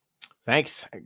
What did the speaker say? Thanks